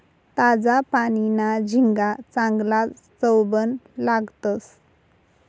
ताजा पानीना झिंगा चांगलाज चवबन लागतंस